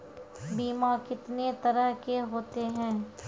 बीमा कितने तरह के होते हैं?